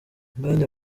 umwanya